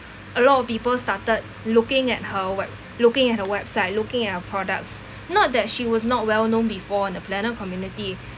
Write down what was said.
a lot of people started looking at her web looking at her website looking at her products not that she was not well-known before in the planner community